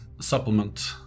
supplement